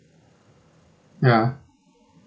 ya